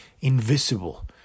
invisible